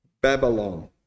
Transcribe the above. Babylon